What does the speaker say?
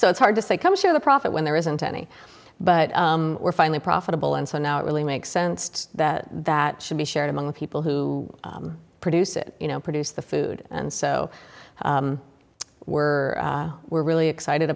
so it's hard to say come share the profit when there isn't any but we're finally profitable and so now it really makes sense that that should be shared among the people who produce it you know produce the food and so we're we're really excited